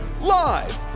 Live